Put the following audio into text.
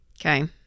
Okay